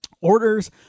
orders